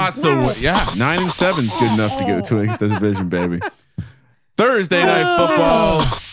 ah so yeah. nine and seven is good enough to go to vision baby thursday night football.